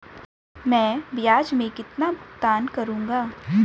मैं ब्याज में कितना भुगतान करूंगा?